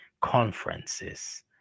conferences